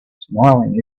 smiling